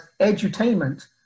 edutainment